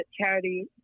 charity